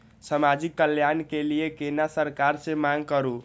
समाजिक कल्याण के लीऐ केना सरकार से मांग करु?